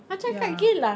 ya